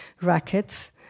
rackets